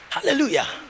Hallelujah